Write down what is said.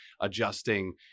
adjusting